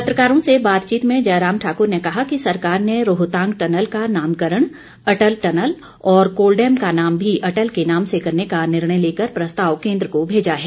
पत्रकारों से बातचीत में जयराम ठाकुर ने कहा कि सरकार ने रोहतांग टनल का नामकरण अटल टनल और कोलडैम का नाम भी अटल के नाम से करने का निर्णय लेकर प्रस्ताव केन्द्र को भेजा है